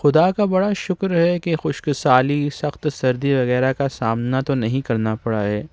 خدا کا بڑا شکر ہے کہ خشک سالی سخت سردی وغیرہ کا سامنا تو نہیں کرنا پڑا ہے